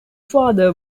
father